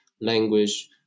language